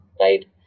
right